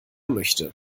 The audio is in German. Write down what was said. möchte